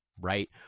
right